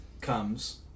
comes